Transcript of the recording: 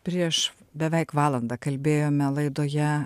prieš beveik valandą kalbėjome laidoje